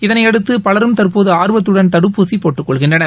இதனையடுத்து பலரும் தற்போதுஆர்வத்துடன் தடுப்பூசிபோட்டுக்கொள்கின்றனர்